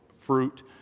fruit